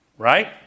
Right